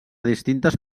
distintes